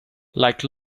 like